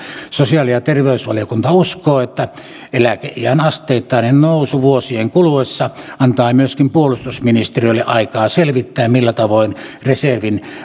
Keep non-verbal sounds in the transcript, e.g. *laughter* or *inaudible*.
sosiaali ja terveysvaliokunta uskoo että eläkeiän asteittainen nousu vuosien kuluessa antaa myöskin puolustusministeriölle aikaa selvittää millä tavoin reservin *unintelligible*